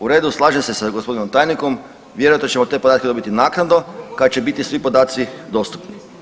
U redu, slažem se sa gospodinom tajnikom, vjerojatno ćemo te podatke dobiti naknadno kad će biti svi podaci dostupni.